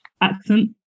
accent